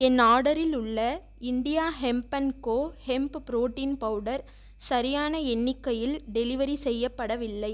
என் ஆர்டரில் உள்ள India hemp and co hemp protein powder சரியான எண்ணிக்கையில் டெலிவரி செய்யப்படவில்லை